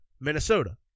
Minnesota